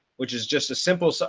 which is just a simple, so